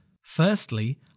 Firstly